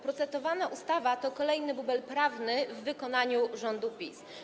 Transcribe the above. Procedowana ustawa to kolejny bubel prawny w wykonaniu rządu PiS.